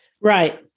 Right